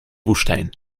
woestijn